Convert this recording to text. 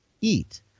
eat